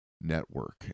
network